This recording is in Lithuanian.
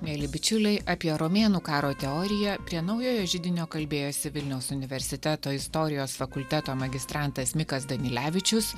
mieli bičiuliai apie romėnų karo teoriją prie naujojo židinio kalbėjosi vilniaus universiteto istorijos fakulteto magistrantas mikas danilevičius